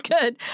good